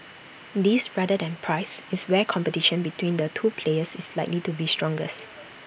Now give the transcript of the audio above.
this rather than price is where competition between the two players is likely to be strongest